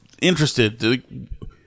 interested